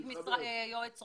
לך דקה